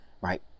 Right